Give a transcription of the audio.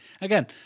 again